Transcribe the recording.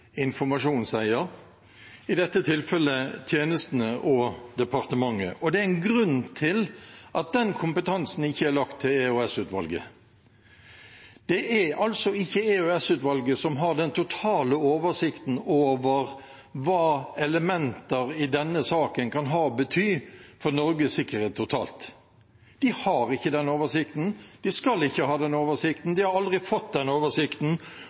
at den kompetansen ikke er lagt til EOS-utvalget. Det er altså ikke EOS-utvalget som har den totale oversikten over hva elementer i denne saken kan ha å bety for Norges sikkerhet totalt. De har ikke den oversikten, de skal ikke ha den oversikten, de har aldri fått den oversikten,